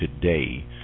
today